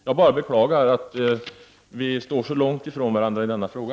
Jag beklagar att vi står så långt ifrån varandra i denna fråga.